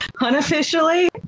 unofficially